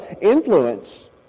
influence